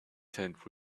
tent